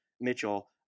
Mitchell